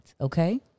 okay